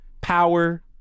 Power